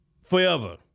forever